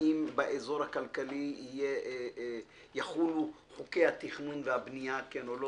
האם באזור הכלכלי יחולו חוקי התכנון והבנייה כן או לא?